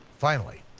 finally,